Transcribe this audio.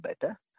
better